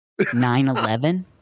9-11